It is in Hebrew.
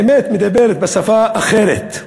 האמת מדברת בשפה אחרת,